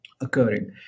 occurring